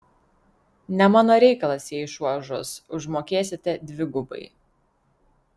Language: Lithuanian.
ne mano reikalas jei šuo žus užmokėsite dvigubai